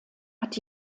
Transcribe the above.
hat